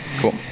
Cool